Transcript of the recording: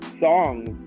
songs